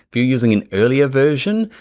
if you're using an earlier version,